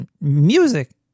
music